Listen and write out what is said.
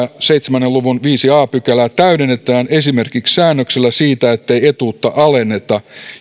seitsemän luvun viidettä a pykälää täydennetään esimerkiksi säännöksellä siitä ettei etuutta alenneta